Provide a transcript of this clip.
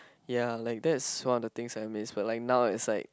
ya like that's one of the things I miss but like now it's like